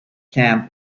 camp